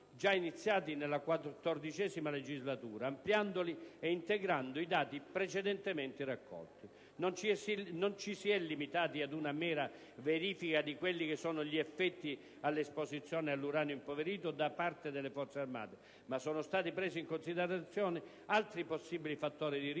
già iniziati nella XIV legislatura ampliandoli e integrando i dati precedentemente raccolti. Non ci si è limitati ad una mera verifica degli effetti dall'esposizione all'uranio impoverito per le Forze armate, ma sono stati presi in considerazione altri possibili fattori di rischio